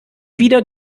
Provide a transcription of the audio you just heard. wieder